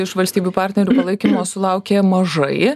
iš valstybių partnerių palaikymo sulaukė mažai